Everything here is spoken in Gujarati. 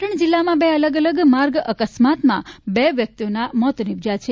પાટણ જિલ્લામાં બે અલગ અલગ માર્ગ અકસ્માતમાં બે વ્યક્તિઓના મોત નિપજ્યાં છે